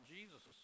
Jesus